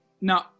No